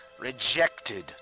rejected